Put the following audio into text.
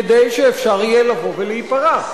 כדי שיהיה אפשר לבוא ולהיפרע.